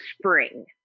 spring